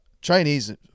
Chinese